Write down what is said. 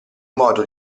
modo